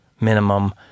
minimum